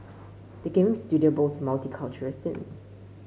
the gaming studio boasts multicultural team